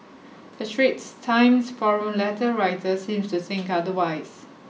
a Straits Times forum letter writer seems to think otherwise